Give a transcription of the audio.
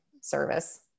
service